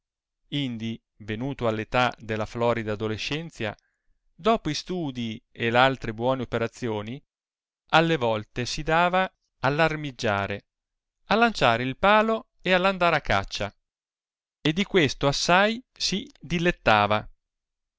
indi venuto alla età della florida adolescen ia dopo i studii e l'altre buone operazioni alle volte si dava all'armiggiare a lanciar il palo e all'andar a caccia e di questo assai si dilettava